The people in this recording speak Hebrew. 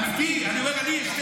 אני אומר לך,